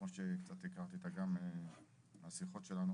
כמו שקצת הכרתי את אגם ומהשיחות שלנו,